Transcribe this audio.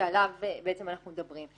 שעליו אנחנו מדברים,